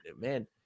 man